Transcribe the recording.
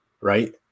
right